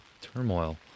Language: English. turmoil